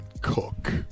cook